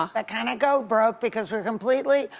um that kinda go broke because we're completely.